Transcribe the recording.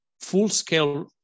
full-scale